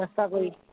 চেষ্টা কৰি